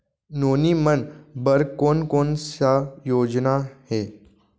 नोनी मन बर कोन कोन स योजना हे?